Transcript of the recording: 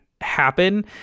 happen